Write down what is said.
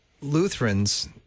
lutherans